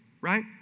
right